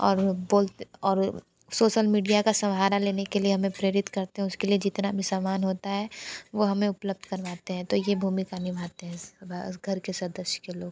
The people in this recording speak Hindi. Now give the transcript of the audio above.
और बोलते और सोसल मीडिया का सहारा लेने के लिए हमें प्रेरित करते हैं उसके लिए जितना भी सामान होता है वो हमें उपलब्ध करवाते हैं तो ये भूमिका निभाते हैं सब घर के सदस्य के लोग